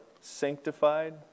sanctified